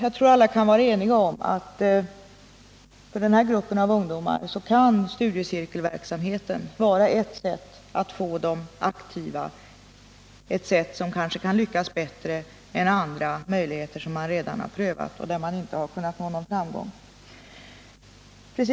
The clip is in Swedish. Jag tror att alla är eniga om att studiecirkelverksamheten för den här gruppen av ungdomar kan vara ett sätt att få dem aktiva, ett sätt som kanske kan vara bättre än andra som man redan prövat och där man inte kunnat nå någon framgång.